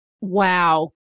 Wow